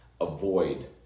avoid